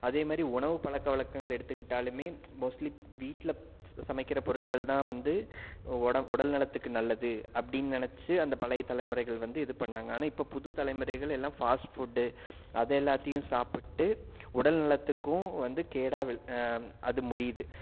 அதேமாதிரி உணவு பழக்க வழக்கங்கள் எடுத்துக்கிட்டாலும் மோஸ்ட்லி வீட்டில் சமைக்கிற பொருட்கள்தான் வந்து ஒட உடல் நலத்துக்கு நல்லது அப்படினு நினைச்சி அந்த பழைய தலைமுறைகள் வந்து இது பண்ணிணாங்க ஆனால் இப்போ புது தலைமுறைகள் எல்லாம் ஃபாஸ்ட் ஃபுட்டு அதை எல்லாத்தையும் சாப்பிட்டு உடல் நலத்துக்கும் வந்து கேடாக அது முடியுது